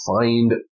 find